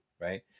Right